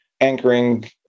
anchoring